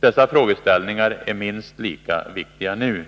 Dessa frågeställningar är minst lika viktiga nu.